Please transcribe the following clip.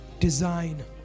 design